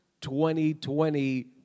2020